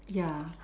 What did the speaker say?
ya